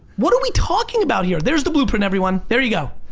what are we talking about here? there's the blueprint everyone. there ya go.